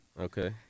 okay